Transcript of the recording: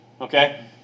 Okay